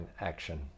action